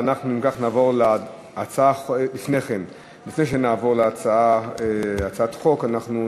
לפני שנעבור להצעת החוק הבאה,